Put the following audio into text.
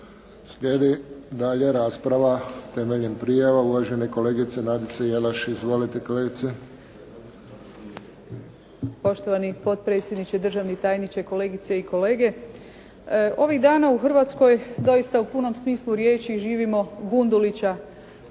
Slijedi dalje rasprava temeljem prijava. Uvažena kolegica Nadica Jelaš. Izvolite kolegice. **Jelaš, Nadica (SDP)** Poštovani potpredsjedniče, državni tajniče, kolegice i kolege. Ovih dana u Hrvatskoj doista u punom smislu riječi živimo Gundulića,